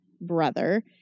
brother